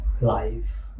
life